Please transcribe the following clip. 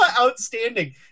Outstanding